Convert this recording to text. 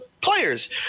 players